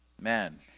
Man